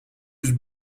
yüz